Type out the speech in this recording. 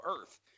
Earth